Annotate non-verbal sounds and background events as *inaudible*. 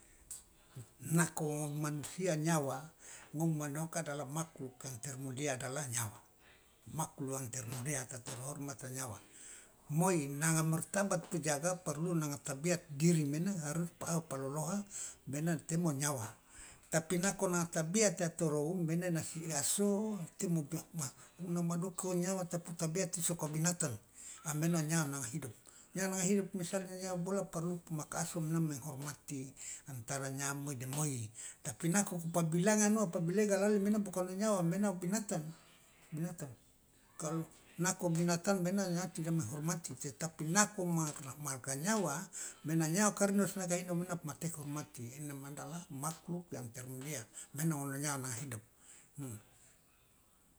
Nako manusia nyawa ngom mana oka adalah makhluk yang termulia adalah nyawa makluk yang termulia atau terhormat nyawa moi nanga martabat pa jaga parlu nanga tabiat diri mena harus pa aho pa loloha mena temo nyawa tapi nako nanga tabiat yatorou mena inasi aso temo *unintelligible* una madoke nyawa tapi tabeat sokobinatang a maena o nyawa nanga hidup nyawa nanga hidup misalnya nyawa bolo parlu pomaka aso mana menghormati antara nyawa moi de moi tapi nako kapa bilangan wa pa bilega lalu maena bukan o nyawa maena binatang binatang kalu nako binatang maena nyawa tidak menghormati tetapi nako *unintelligible* nyawa maena nyawa karnosnaga ino mana poma teke hormati ena ma dala makluk yang termulia maena ngone nyawa nanga hidup.